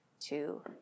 two